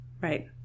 right